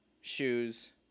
Shoes